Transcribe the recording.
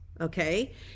okay